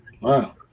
Wow